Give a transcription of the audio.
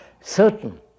certain